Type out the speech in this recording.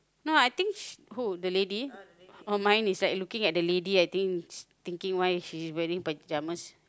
no I think who the lady oh mine is like looking at the lady I think thinking why she wearing pajamas